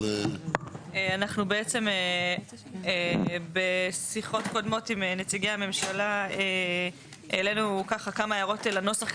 אנחנו בעצם בשיחות קודמות עם נציגי הממשלה העלינו ככה כמה הערות לנוסח,